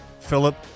Philip